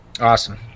Awesome